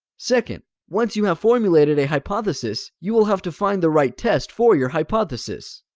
second, once you have formulated a hypothesis, you will have to find the right test for your hypothesis.